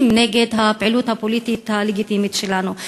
נגד הפעילות הפוליטית הלגיטימית שלנו.